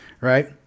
right